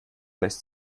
lässt